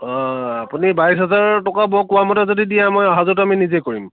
অঁ আপুনি বাইছ হেজাৰ টকা মই কোৱা মতে যদি দিয়ে মই অহা যোৱাটো আমি নিজে কৰিম